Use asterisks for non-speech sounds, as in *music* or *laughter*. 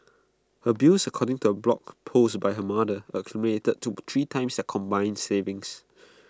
her bills according to A blog post by her mother accumulated to three times their combined savings *noise*